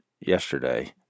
yesterday